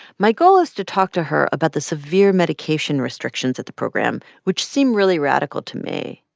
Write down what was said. my goal is to talk to her about the severe medication restrictions at the program, which seem really radical to me.